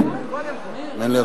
האמן לי,